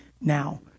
now